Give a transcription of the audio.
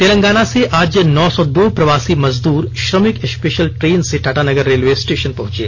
तेलंगाना से आज नौ सौ दो प्रवासी मजदूर श्रमिक स्पेशल ट्रेन से टाटानगर रेलवे स्टेशन पहंचे